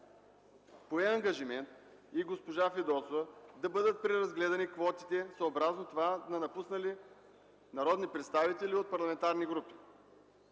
поеха ангажимент да бъдат преразгледани квотите, съобразно това на напуснали народни представители от парламентарни групи.